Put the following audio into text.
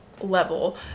level